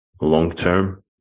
long-term